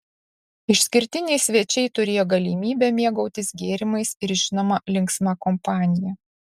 išskirtiniai svečiai turėjo galimybę mėgautis gėrimais ir žinoma linksma kompanija